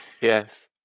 yes